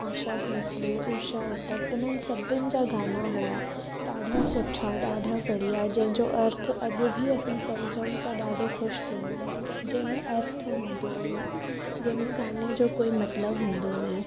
आशा भोसले उशा उत्थुप इन्हनि सभिनि जा गाना हुया ॾाढा सुठा ॾाढा बढ़िया जंहिंजो अर्थ अॼु बी असां समुझऊं त ॾाढो ख़ुशि थींदा आहियूं जंहिंमें अर्थ हूंदो हुयो जंहिंमें गाने जो कोई मतलबु हूंदो हुयो